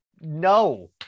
no